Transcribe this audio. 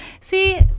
See